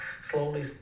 slowly